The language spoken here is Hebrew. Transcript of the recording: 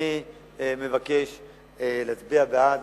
אני מבקש להצביע בעד